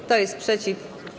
Kto jest przeciw?